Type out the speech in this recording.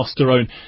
testosterone